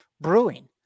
brewing